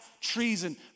treason